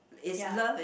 ya